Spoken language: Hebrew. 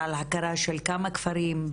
ועל הכרה של כמה כפרים,